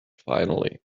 finally